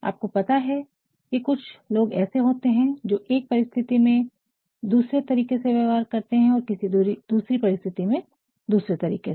आपको पता है कि कुछ लोग ऐसे होते हैं जो एक परिस्थिति में दूसरे तरीके से व्यवहार करते हैं और किसी दूसरी परिस्थिति में दूसरे तरीके से